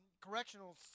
Correctional